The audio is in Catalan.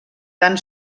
tan